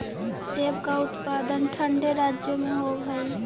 सेब का उत्पादन ठंडे राज्यों में होव हई